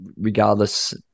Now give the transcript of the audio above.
regardless